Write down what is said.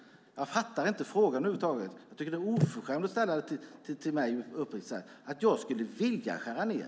Jag fattar inte frågan över huvud taget. Jag tycker uppriktigt sagt att det är oförskämt att ställa den till mig, som om jag skulle vilja skära ned.